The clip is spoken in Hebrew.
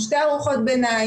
שתי ארוחות ביניים,